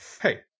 hey